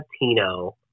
Latino